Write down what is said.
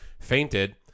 fainted